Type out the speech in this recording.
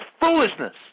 foolishness